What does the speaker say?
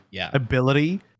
ability